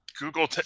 Google